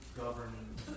governing